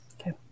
Okay